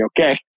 okay